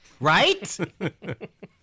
Right